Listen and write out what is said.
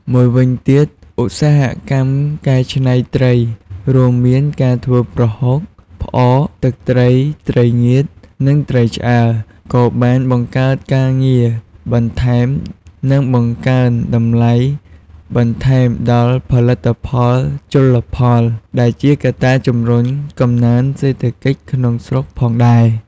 មួយវិញទៀតឧស្សាហកម្មកែច្នៃត្រី រួមមានការធ្វើប្រហុក ផ្អក ទឹកត្រី ត្រីងៀត និងត្រីឆ្អើរ ក៏បានបង្កើតការងារបន្ថែម និងបង្កើនតម្លៃបន្ថែមដល់ផលិតផលជលផល ដែលជាកត្តាជំរុញកំណើនសេដ្ឋកិច្ចក្នុងស្រុកផងដែរ។